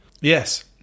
Yes